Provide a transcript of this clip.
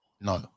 No